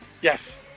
Yes